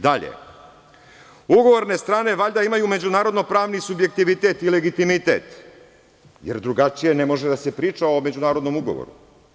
Dalje, ugovorne strane valjda imaju međunarodno-pravni subjektivitet i legitimitet, jer drugačije ne može da se priča o međunarodnom ugovoru.